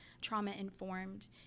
trauma-informed